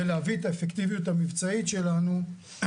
להביא את האפקטיביות המבצעית שלנו למקסימום.